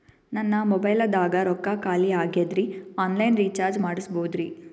ನನ್ನ ಮೊಬೈಲದಾಗ ರೊಕ್ಕ ಖಾಲಿ ಆಗ್ಯದ್ರಿ ಆನ್ ಲೈನ್ ರೀಚಾರ್ಜ್ ಮಾಡಸ್ಬೋದ್ರಿ?